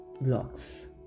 blocks